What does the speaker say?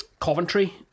Coventry